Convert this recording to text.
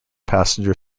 passenger